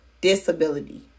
disability